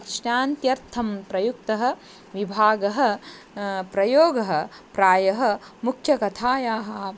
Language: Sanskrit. विश्नान्त्यर्थं प्रयुक्तः विभागः प्रयोगः प्रायः मुख्यकथायाः